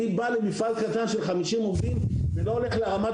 אני בא למפעל קטן של 50 עובדים ולא הולך להרמת